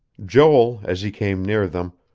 joel, as he came near them,